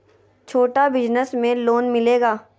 छोटा बिजनस में लोन मिलेगा?